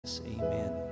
Amen